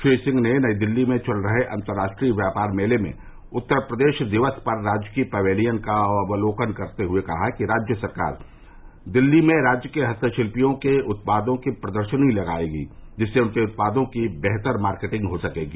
श्री सिंह ने नई दिल्ली में चल रहे अन्तर्राष्ट्रीय व्यापार मेले में उत्तर प्रदेश दिवस पर राज्य की पवैलियन का अवलोकन करते हुये कहा कि राज्य सरकार दिल्ली में राज्य के हस्तशिल्पियों के उत्पादों की प्रदर्शनी लगायेगी जिससे उनके उत्पादों की बेहतर मार्केटिंग हो सकेगी